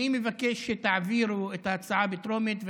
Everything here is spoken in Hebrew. אני מבקש שתעבירו את ההצעה בטרומית,